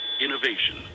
Innovation